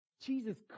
Jesus